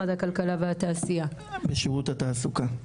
שירות התעסוקה,